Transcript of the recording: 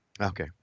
okay